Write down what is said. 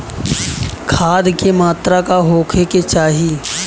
खाध के मात्रा का होखे के चाही?